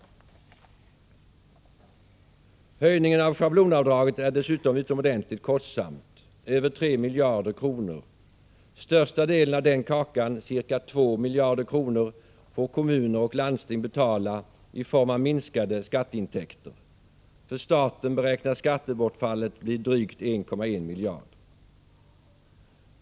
Höjningen av schablonavdraget är dessutom utomordentligt kostsam — över 3 miljarder kronor. Största delen av den kakan — ca 2 miljarder kronor — får kommuner och landsting betala i form av minskade skatteintäkter. För staten beräknas skattebortfallet bli drygt 1,1 miljard.